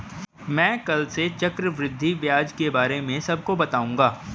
मैं कल से चक्रवृद्धि ब्याज के बारे में सबको बताऊंगा